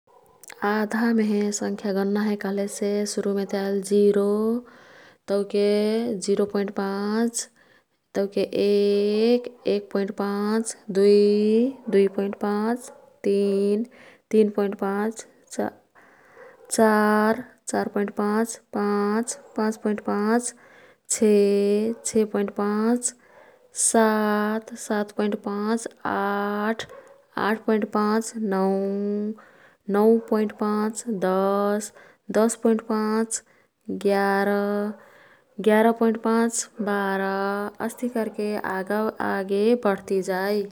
आधा मेहे संख्या गन्ना हे कह्लेसे सुरुमेते आइल जिरो तौके जिरो दसमलब पाँच, तौके एक, एक दसमलब पाँच दुई, दुई दसमलब पाँच, तिन, तिन दसमलब पाँच, चार, चार दसमलब पाँच, पाँच दसमलब पाँच, छे, छे दसमलब पाँच, सात, सात दसमलब पाँच, आठ, आठ दसमलब पाँच, नौं, नौं दसमलब पाँच, दस, दस दसमलब पाँच, गेरा, गेरा दसमलब पाँच, बारा अस्तिही कर्के आगे बढत् जाई।